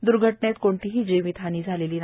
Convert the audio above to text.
या दुर्घटनेत कोणतीही जिवीत हानी झाली नाही